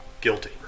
guilty